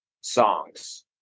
songs